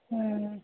ହୁଁ